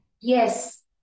yes